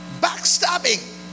backstabbing